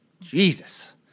Jesus